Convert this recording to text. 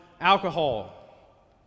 alcohol